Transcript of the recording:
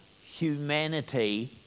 humanity